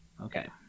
Okay